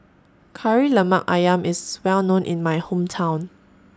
Kari Lemak Ayam IS Well known in My Hometown